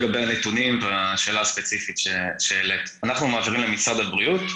לגבי הנתונים בשאלה הספציפית שהעלית: אנחנו מעבירים למשרד הבריאות,